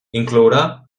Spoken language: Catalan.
inclourà